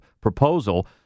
proposal